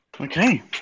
okay